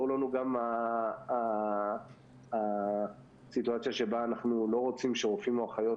ברור לנו גם הסיטואציה שבה אנחנו לא רוצים שרופאים או אחיות